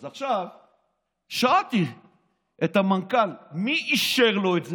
אז עכשיו שאלתי את המנכ"ל מי אישר לו את זה,